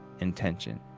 intention